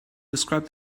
described